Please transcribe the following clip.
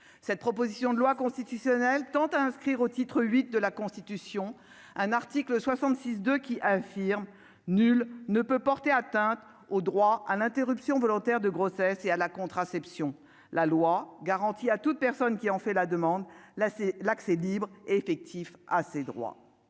cette proposition de loi constitutionnelle tend à inscrire au titre 8 de la Constitution un article 66 de qui affirme : nul ne peut porter atteinte au droit à l'interruption volontaire de grossesse et à la contraception, la loi garantit à toute personne qui en fait la demande, là c'est l'accès libre et effectif à ces droits